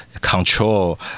control